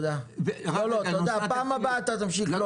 פעם הבאה אתה תמשיך.